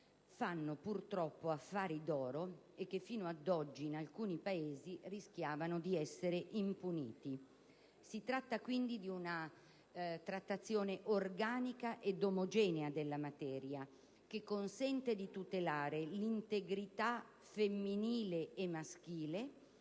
fanno affari d'oro e che fino ad oggi in alcuni Paesi, rischiavano di restare impuniti. Si tratta, quindi, di una trattazione organica ed omogenea della materia, che consente di tutelare l'integrità femminile e maschile